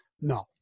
No